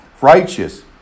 righteous